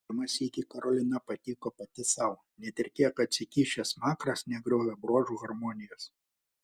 pirmą sykį karolina patiko pati sau net ir kiek atsikišęs smakras negriovė bruožų harmonijos